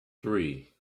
three